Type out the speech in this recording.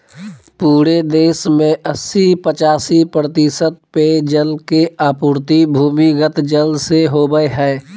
पूरे देश में अस्सी पचासी प्रतिशत पेयजल के आपूर्ति भूमिगत जल से होबय हइ